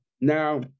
Now